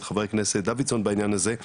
את חבר הכנסת דוידסון בעניין הזה,